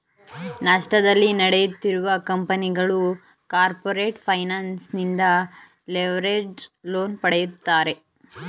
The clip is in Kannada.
ನಷ್ಟದಲ್ಲಿ ನಡೆಯುತ್ತಿರುವ ಕಂಪನಿಗಳು ಕಾರ್ಪೊರೇಟ್ ಫೈನಾನ್ಸ್ ನಿಂದ ಲಿವರೇಜ್ಡ್ ಲೋನ್ ಪಡೆಯುತ್ತಾರೆ